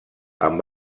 amb